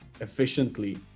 efficiently